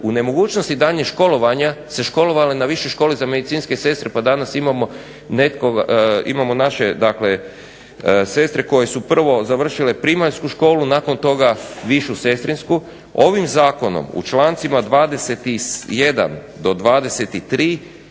u nemogućnosti daljnjeg školovanja se školovale na Višoj školi za medicinske sestre pa danas imamo naše sestre koje su prvo završile primaljsku školu, nakon toga Višu sestrinsku. Ovim zakonom u člancima 21. do 23.